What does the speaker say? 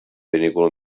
vinícola